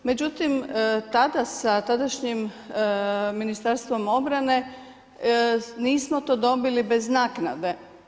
Međutim, tada sa tadašnjim Ministarstvom obrane nismo to dobili bez naknade.